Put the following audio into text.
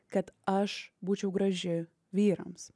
kad aš būčiau graži vyrams